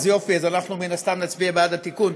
אז יופי, אז אנחנו מן הסתם נצביע בעד התיקון,